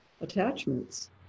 attachments